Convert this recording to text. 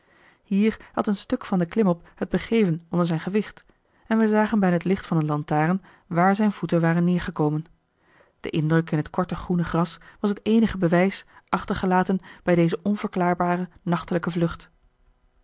hier had een stuk van den klimop het begeven onder zijn gewicht en wij zagen bij het licht van een lantaarn waar zijn voeten waren neergekomen de indruk in het korte groene gras was het eenige bewijs achtergelaten bij deze onverklaarbare nachtelijke vlucht